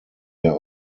der